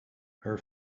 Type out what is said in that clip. her